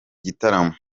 gitaramo